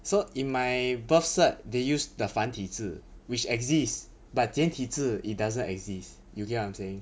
so in my birth cert they use the 繁体字 which exist but 简体字 it doesn't exist you get what I'm saying